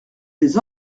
des